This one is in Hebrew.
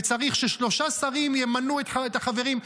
וצריך ששלושה שרים ימנו את החברים.